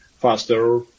faster